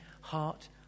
heart